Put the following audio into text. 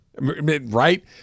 right